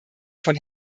von